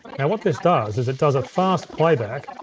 and what this does, is it does a fast playback.